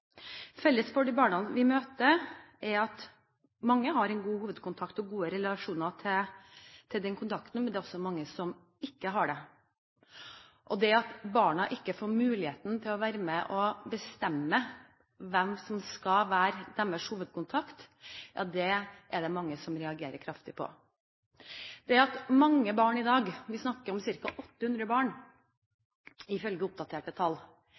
Felles for de barna vi møter, er at mange har en god hovedkontakt og gode relasjoner til den kontakten, men det er også mange som ikke har det. Og det at barna ikke får muligheten til å være med og bestemme hvem som skal være deres hovedkontakt, er det mange som reagerer kraftig på. Det er mange barn i dag, vi snakker om ca. 800 barn ifølge oppdaterte tall,